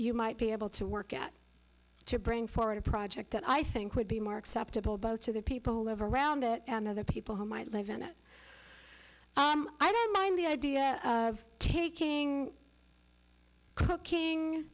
you might be able to work at to bring forward a project that i think would be more acceptable both to the people who live around it and other people who might live in it i don't mind the idea of taking cooking